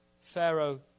Pharaoh